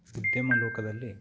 ಉದ್ಯಮ ಲೋಕದಲ್ಲಿ